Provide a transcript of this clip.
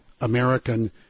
American